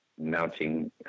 mounting